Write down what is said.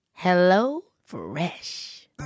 HelloFresh